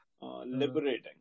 liberating